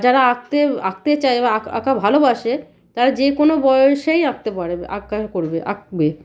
যারা আঁকতে আঁকতে চায় বা আঁকা আঁকা ভালোবাসে তারা যে কোনো বয়সেই আকঁতে পারবে আঁকা করবে আঁকবে